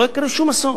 לא יקרה שום אסון,